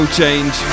change